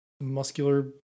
muscular